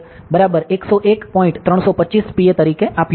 325 Pa તરીકે આપ્યું છે